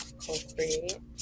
co-create